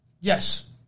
Yes